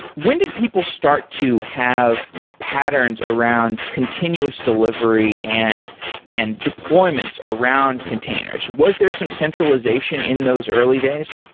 when did people start to have patterns around continuous delivery and and deployments around containers? was there some centralization in those early days?